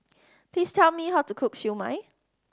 please tell me how to cook Siew Mai